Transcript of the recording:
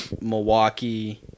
Milwaukee